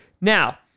Now